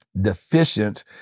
deficient